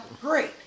great